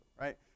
right